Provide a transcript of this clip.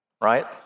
right